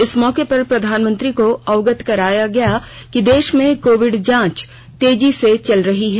इस मौके पर प्रधानमंत्री को अवगत कराया गया कि देश में कोविड जांच तेजी से चल रही है